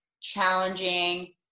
challenging